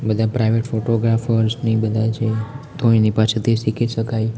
private ફોટોગ્રાફર્સને એ બધા છે તો એની પાસેથી શીખી શકાય